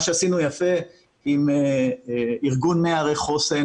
מה שעשינו פה עם ארגון 100 ערי חוסן,